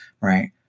right